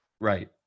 Right